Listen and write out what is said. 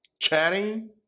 chatting